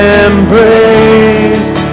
embrace